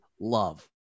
love